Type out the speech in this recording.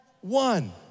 one